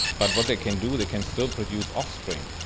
but what they can do, they can still produce offspring.